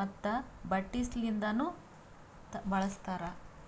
ಮತ್ತ ಬಟ್ಟಿ ಸಲಿಂದನು ಬಳಸ್ತಾರ್